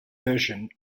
version